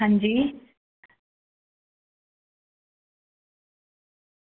अंजी